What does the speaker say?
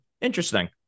Interesting